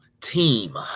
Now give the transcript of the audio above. team